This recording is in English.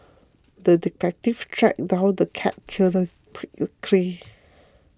the detective tracked down the cat killer quickly